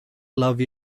love